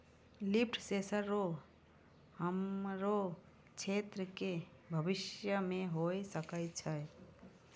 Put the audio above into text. लिफ sensor रो हमरो क्षेत्र मे भविष्य मे होय सकै छै